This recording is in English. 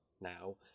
now